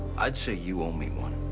i'd say you owe me one.